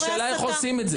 השאלה איך עושים את זה.